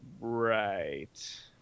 right